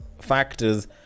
factors